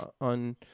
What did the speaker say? on